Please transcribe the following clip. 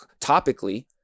topically